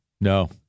No